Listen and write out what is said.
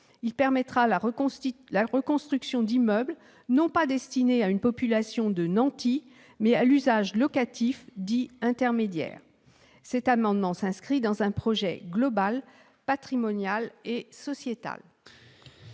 Il permettra la reconstruction d'immeubles non pas destinés à une population de « nantis », mais à l'usage locatif dit « intermédiaire ». Aussi, cet amendement tend à s'inscrire dans un projet global patrimonial et sociétal.